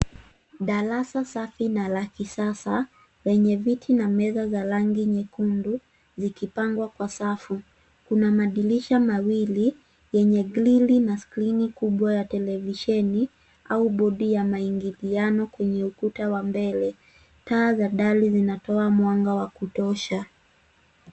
Darasa safi na la kisasa lenye viti na meza za rangi nyekundu zikipangwa kwa safu. Kuna madirisha mawili enye grili na skrini kubwa ya televisheni au bodi ya maingiliano kwenye ukuta wa mbele. Taa za dari zinatoa mwanga wa kutosha.